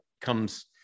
comes –